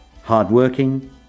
Hard-working